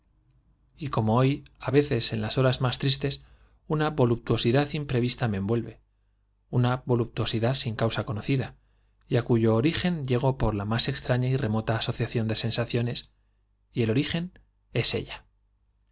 y como hoy á veces en las horas más tristes una voluptuosidad imprevista me envuelve voluptuo una sidad sin causa conocida y á cuyo origen llego por la más extraña y remota asociación de sensaciones y el origen es ella